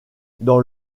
dans